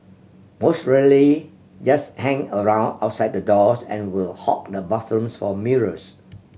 most really just hang around outside the doors and will hog the bathrooms for mirrors